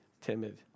timid